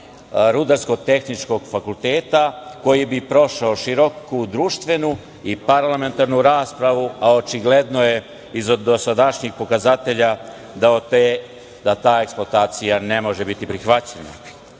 Rudarsko-tehničkog fakulteta, koji bi prošao široku društvenu i parlamentarnu raspravu? Očigledno je iz dosadašnjih pokazatelja da ta eksploatacija ne može biti prihvaćena. Pitanje